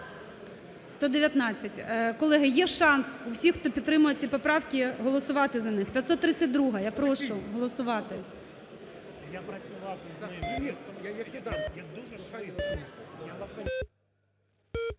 За-119 Колеги, є шанс, всіх, хто підтримує ці поправки, голосувати за них. 532-а, я прошу голосувати.